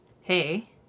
Hey